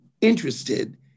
interested